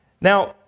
Now